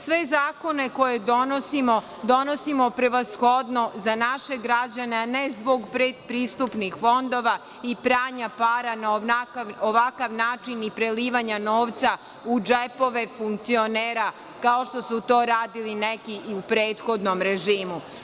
Sve zakone koje donosimo donosimo prevashodno za naše građane, a ne zbog predpristupnih fondova i pranja para na ovakav način i prelivanja novca u džepove funkcionera, kao što su to radili neki i u prethodnom režimu.